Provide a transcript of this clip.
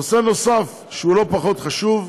נושא נוסף, שהוא לא פחות חשוב: